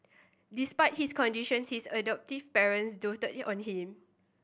despite his conditions his adoptive parents doted on him